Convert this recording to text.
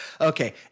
Okay